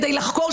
לחקור,